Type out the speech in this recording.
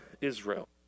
Israel